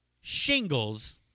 shingles